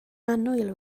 annwyl